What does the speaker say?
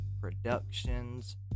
Productions